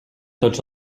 tots